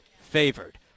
favored